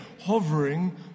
hovering